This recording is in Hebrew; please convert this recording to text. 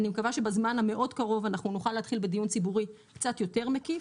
אני מקווה שבזמן המאוד קרוב נוכל להתחיל בדיון ציבורי קצת יותר מקיף,